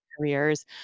careers